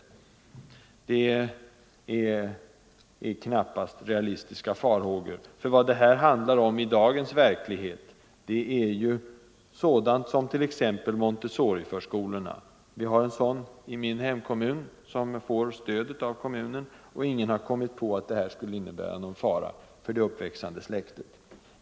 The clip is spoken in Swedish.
Men det är knappast realistiska farhågor, för vad det handlar om i dagens verklighet är ju t.ex. Montessoriförskolorna. Vi har en sådan i min hemkommun som får kommunalt stöd, och ingen har kommit på att detta skulle innebära någon fara för det uppväxande släktet.